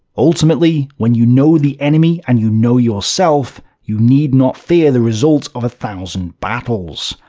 ultimately, when you know the enemy and you know yourself, you need not fear the result of a thousand battles.